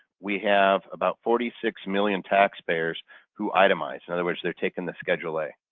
we have about forty six million tax payers who itemize. in other words, they're taking the schedule a.